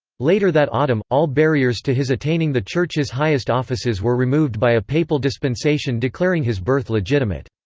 later that autumn, all barriers to his attaining the church's highest offices were removed by a papal dispensation declaring his birth legitimate.